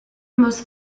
most